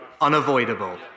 unavoidable